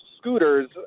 scooters